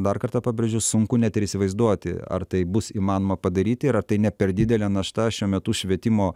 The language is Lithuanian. dar kartą pabrėžiu sunku net ir įsivaizduoti ar tai bus įmanoma padaryti ir tai ne per didelė našta šiuo metu švietimo